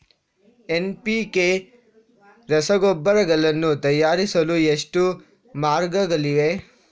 NPK ರಸಗೊಬ್ಬರಗಳನ್ನು ತಯಾರಿಸಲು ಎಷ್ಟು ಮಾರ್ಗಗಳಿವೆ?